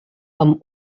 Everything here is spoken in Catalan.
amb